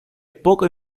poca